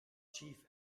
chief